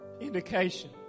indication